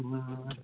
অঁ